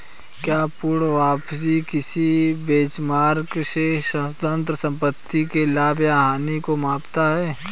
क्या पूर्ण वापसी किसी बेंचमार्क से स्वतंत्र संपत्ति के लाभ या हानि को मापता है?